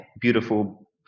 beautiful